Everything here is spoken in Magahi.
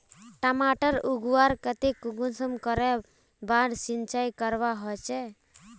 टमाटर उगवार केते कुंसम करे बार सिंचाई करवा होचए?